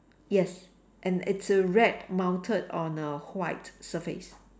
yes and it's a red mounted on a white surface